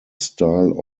style